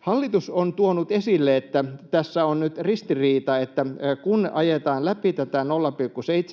Hallitus on tuonut esille, että tässä on nyt ristiriita, että kun ajetaan läpi tätä